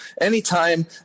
Anytime